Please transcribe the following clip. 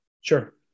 Sure